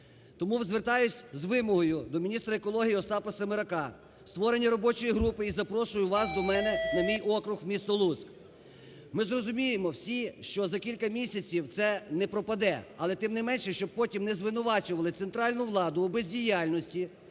Тому звертаюсь із вимогою до міністра екології Остапа Семерака, створення робочої групи і запрошую вас до мене на мій округ в місто Луцьк. Ми зрозуміємо всі, що за кілька місяців це не пропаде, але, тим не менше, щоб потім не звинувачували центральну владу у бездіяльності